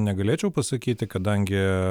negalėčiau pasakyti kadangi